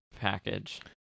package